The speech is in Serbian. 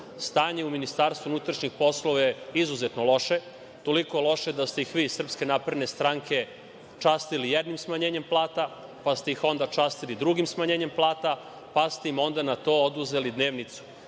u Ministarstvu unutrašnjih poslova je izuzetno loše, toliko loše da ste ih vi iz Srpske napredne stranke častili jednim smanjenjem plata, pa ste ih onda častili drugim smanjenjem plata, pa ste im onda na to oduzeli dnevnicu.